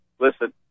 listen